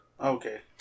Okay